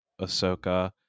Ahsoka